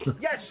Yes